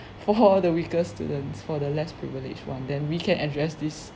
for the weaker students for the less privileged one then we can address this